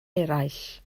eraill